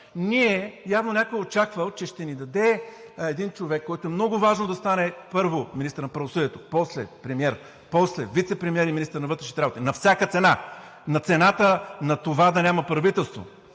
Явно някой е очаквал, че ще ни даде един човек, който е много важно да стане първо министър на правосъдието, после премиер, после вицепремиер и министър на вътрешните работи – на всяка цена, на цената на това да няма правителство